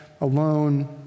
alone